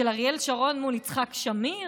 של אריאל שרון מול יצחק שמיר.